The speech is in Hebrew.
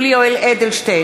72,